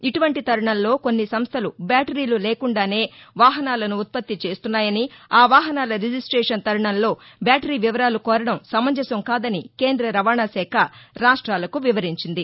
ఇటువంటి తరుణంలో కొన్ని సంస్థలు బ్యాటరీలు లేకుండానే వాహనాలను ఉత్పత్తి చేస్తున్నాయని ఆ వాహనాల రిజిస్టేషన్ తరుణంలో బ్యాటరీ వివరాలు కోరడం సమంజసం కాదని కేంద్ర రవాణాశాఖ రాష్ట్రాలకు వివరించింది